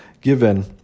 given